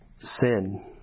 sin